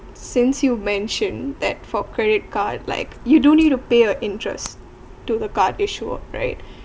since you mention that for credit card like you don't need to pay a interest to the card issuer right